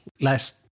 last